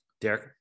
Derek